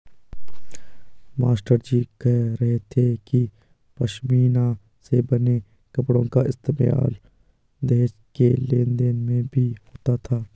मास्टरजी कह रहे थे कि पशमीना से बने कपड़ों का इस्तेमाल दहेज के लेन देन में भी होता था